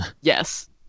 Yes